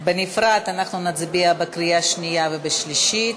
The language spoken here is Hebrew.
אנחנו נצביע בנפרד בקריאה שנייה ובשלישית.